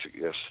Yes